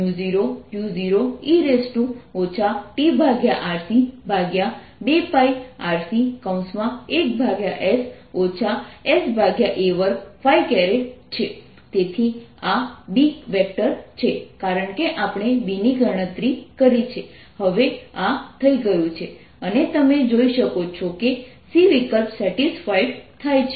Btotal 02πRC Q0e tRCs 02πRCQ0e tRC sa2 Btotal 0Q0e tRC2πRC 1s sa2 તેથી આ B છે કારણ કે આપણે B ની ગણતરી કરી છે હવે આ થઈ ગયું છે અને તમે જોઈ શકો છો કે c વિકલ્પ સેટિસ્ફાઇડ થાય છે